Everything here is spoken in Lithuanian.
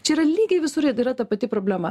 čia yra lygiai visur yra ta pati problema